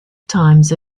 times